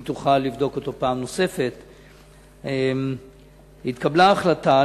אם תוכל, לבדוק אותו פעם נוספת, התקבלה החלטה.